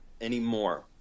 anymore